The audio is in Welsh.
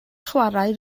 chwarae